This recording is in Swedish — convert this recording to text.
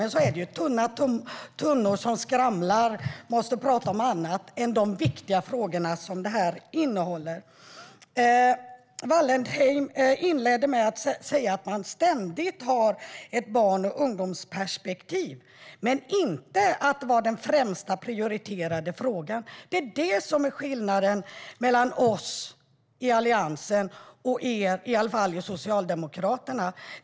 Men så är det: Tomma tunnor som skramlar måste prata om annat än de viktiga frågor som det här betänkandet innehåller. Anna Wallentheim inledde med att säga att man ständigt har ett barn och ungdomsperspektiv men inte att det var den främsta prioriterade frågan. Det är skillnaden mellan oss i Alliansen och er i Socialdemokraterna.